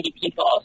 people